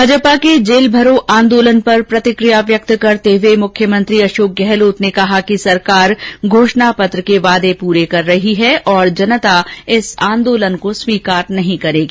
भाजपा के जेल भरो आंदोलन पर प्रतिकिया व्यक्त करते हुए मुख्यमंत्री अशोक गहलोत ने कहा कि सरकार घोषणा पत्र के वादे पूरे कर रही है और जनता इस आंदोलन को स्वीकार नहीं करेगी